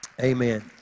Amen